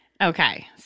Okay